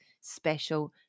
special